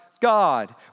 God